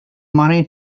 money